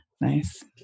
Nice